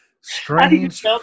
Strange